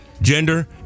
gender